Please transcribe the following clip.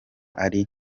ari